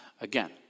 again